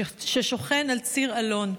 ששוכן על ציר אלון.